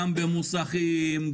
גם במוסכים,